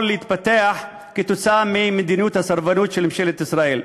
להתפתח ממדיניות הסרבנות של ממשלת ישראל.